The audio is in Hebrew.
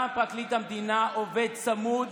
גם פרקליט המדינה עובד צמוד